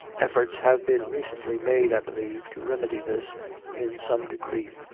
efforts have been recently made, i believe, to remedy this in some degree